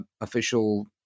official